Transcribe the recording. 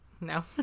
No